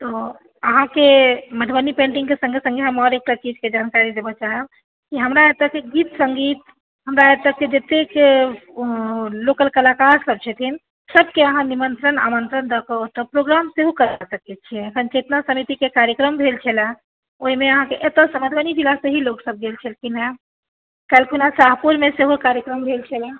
हँ अहाँकेँ मधुबनी पेन्टिंगके सङ्गे सङ्गे हम आओर एतुका चीजके जानकारी देबय चाहब कि हमरा एतयके गीत सङ्गीत हमरा एतयके जतेक लोकल कलाकारसभ छथिन सभके अहाँ आमन्त्रण निमन्त्रण दऽ के ओकर प्रोग्राम सेहो करा सकै छियै एखन चेतना समितिके प्रोग्राम भेल छलए ओहिमे अहाँके एतयसँ मधुबनी जिलासँ ही लोकसभ गेल छेलखिन हेँ काल्हि खिना शाहपुरमे सेहो कार्यक्रम भेल छलए